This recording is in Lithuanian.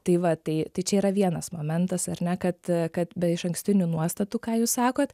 tai va tai tai čia yra vienas momentas ar ne kad kad be išankstinių nuostatų ką jūs sakot